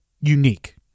unique